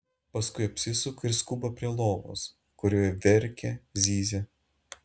paskui apsisuka ir skuba prie lovos kurioje verkia zyzia